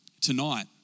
tonight